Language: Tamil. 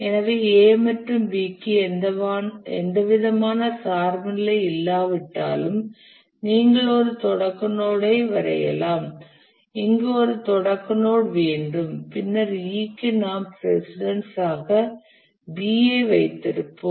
எனவே A மற்றும் B க்கு எந்தவிதமான சார்பு நிலை இல்லாவிட்டாலும் நீங்கள் ஒரு தொடக்க நோட் ஐ வரையலாம் இங்கு ஒரு தொடக்க நோட் வேண்டும் பின்னர் E க்கு நாம் பிரசிடன்ஸ் ஆக B ஐ வைத்திருப்போம்